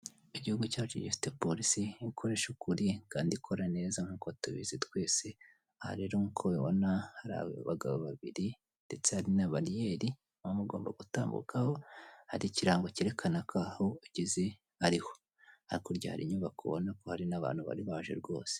Igihugu cyacu gifite polisi ikoresha ukuri kandi ikora neza nkuko tubizi twese, aha rero nk'uko ubibona hari abagabo babiri ndeste hari na bariyeri muba mugomba gutambukaho hari ikirango cyerekana ko aho ugeze ariho, hakurya hari inyuko ubona ko abantu bari baje rwose.